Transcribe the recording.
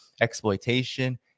exploitation